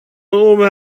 oben